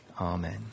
amen